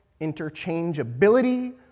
interchangeability